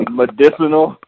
medicinal